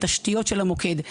את התשתיות של המוקד.